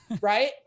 right